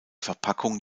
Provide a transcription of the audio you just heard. verpackung